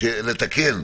לשבת ולתקן,